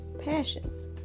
passions